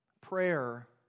prayer